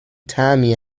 طعمی